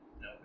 no